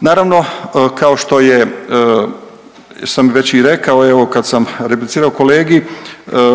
Naravno kao što je, sam već i rekao evo kad sam replicirao kolegi,